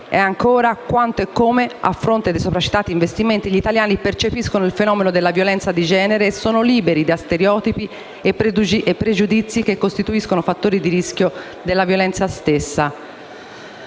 e ancora quanto e come, a fronte dei sopracitati investimenti, gli italiani percepiscono il fenomeno della violenza di genere e sono liberi da stereotipi e pregiudizi che costituiscono fattori di rischio della violenza stessa.